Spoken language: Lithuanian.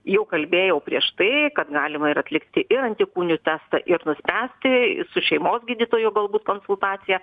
jau kalbėjau prieš tai kad galima ir atlikti ir antikūnių testą ir nuspręsti su šeimos gydytojo galbūt konsultacija